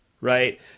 right